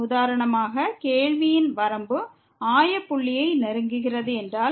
உதாரணமாக கேள்வியின் வரம்பு ஆய புள்ளியை நெருங்குகிறது என்றால்